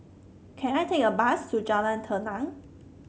can I take a bus to Jalan Tenang